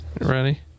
Ready